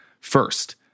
First